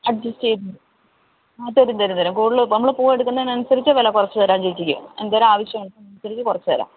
adjust ചെയ്ത് അ തരും തരും തരും കൂടുതൽ നമ്മൾ പൂവെടുക്കുന്നതനുസരിച്ച് വില കുറച്ചുതരാം ചേച്ചിക്ക് എന്തോരം ആവശ്യം അനുസരിച്ച് കുറച്ചുതരാം